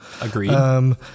Agreed